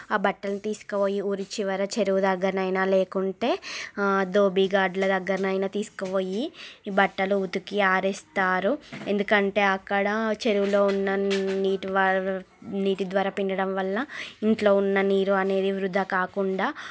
ఆ బట్టలు తీసుకుపోయి ఊరి చివర చెరువు దగ్గర అయినా లేకుంటే ధోబిగాడ్ల దగ్గర అయినా తీసుకుపోయి ఈ బట్టలు ఉతికి ఆరేస్తారు ఎందుకంటే అక్కడ చెరువులో ఉన్న నీటిపారుదల నీటి ద్వారా పిండటం వల్ల ఇంట్లో ఉన్న నీరు అనేది వృధా కాకుండా